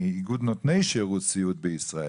מאיגוד נותני שירות סיעוד בישראל.